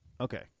Okay